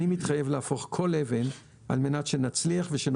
זה מאבק משותף לכולנו, לציבור, לכנסת ולממשלה.